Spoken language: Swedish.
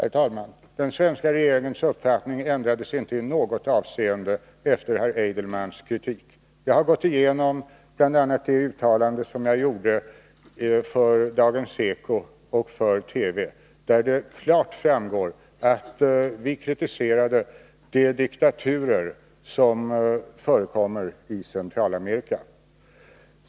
Herr talman! Den svenska regeringens uppfattning ändrades inte i något avseende efter herr Adelmans kritik. Jag har gått igenom bl.a. det uttalande som jag gjorde för Dagens eko och för TV, där det klart framgår att vi kritiserade de diktaturer som förekommer i Centralamerika.